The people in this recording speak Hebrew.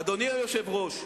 אדוני היושב-ראש,